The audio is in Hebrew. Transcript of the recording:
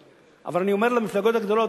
אבל אני אומר למפלגות הגדולות,